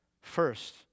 first